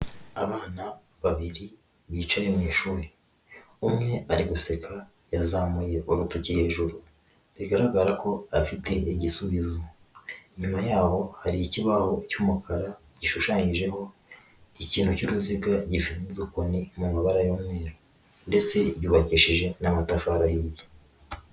Abana babiri bicaye mu ishuri, umwe ari guseka yazamuye urutoki hejuru bigaragara ko afite igisubizo, inyuma yabo hari ikibaho cy'umukara gishushanyijeho ikintu cy'uruziga gifite udukoni mu mabara y'umweru ndetse yubakishije n'amatafari ahiye.